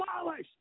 demolished